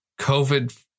COVID